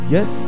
Yes